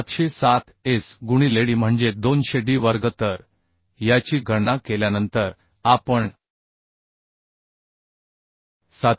707 S गुणिलेD म्हणजे 200 D वर्ग तर याची गणना केल्यानंतर आपण795